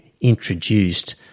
introduced